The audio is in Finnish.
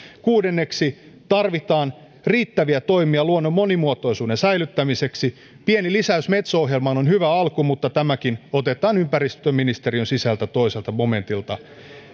kuudenneksi tarvitaan riittäviä toimia luonnon monimuotoisuuden säilyttämiseksi pieni lisäys metso ohjelmaan on hyvä alku mutta tämäkin otetaan ympäristöministeriön sisältä toiselta momentilta